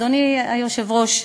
אדוני היושב-ראש,